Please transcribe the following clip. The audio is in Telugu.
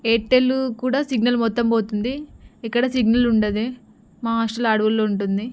ఎయిర్టెల్ కూడా సిగ్నల్ మొత్తం పోతుంది ఇక్కడ సిగ్నల్ ఉండదు మా హాస్టల్ అడవుల్లో ఉంటుంది